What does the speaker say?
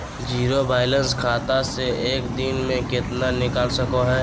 Zero balance खाता से एक दिन में कितना निकाल सको है?